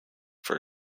for